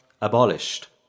abolished